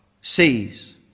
sees